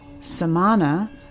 samana